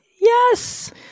Yes